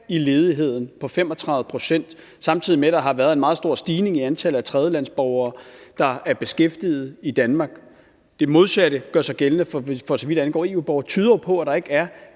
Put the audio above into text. i ledigheden på 35 pct., samtidig med at der har været en meget stor stigning i antallet af tredjelandsborgere, der er beskæftiget i Danmark – det modsatte gør sig gældende, for så vidt angår EU-borgere – tyder jo på, at der ikke er